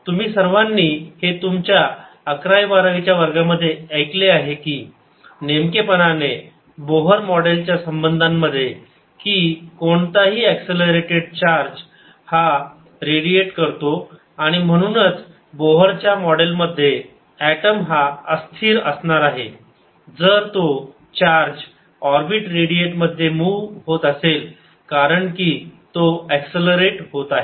तुम्ही सर्वांनी हे तुमच्या अकरावी बारावीच्या वर्गामध्ये ऐकले आहे की नेमकेपणाने बोहर मॉडेलच्या संबंधांमध्ये की कोणताही ऍक्ससलरेटेड चार्ज हा रेडिएट करतो आणि म्हणूनच बोहर च्या मॉडेलमध्ये एटम हा अस्थिर असणार जर तो चार्ज ऑर्बिट रेडिएट मध्ये मूव्ह होत असेल कारण की तो ऍक्ससलरेट होत आहे